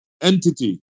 entity